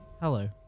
Hello